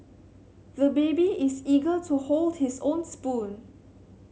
the baby is eager to hold his own spoon